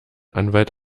anwalt